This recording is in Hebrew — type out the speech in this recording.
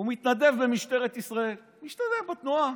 הוא מתנדב במשטרת ישראל, משתלב בתנועה,